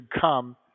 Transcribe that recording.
come